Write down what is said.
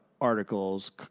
articles